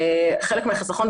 חלק מהחיסכון,